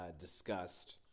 discussed